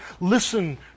listen